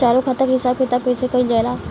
चालू खाता के हिसाब किताब कइसे कइल जाला?